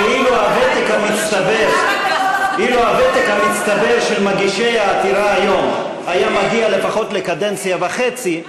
ואילו הוותק המצטבר של מגישי העתירה היום היה מגיע לפחות לקדנציה וחצי,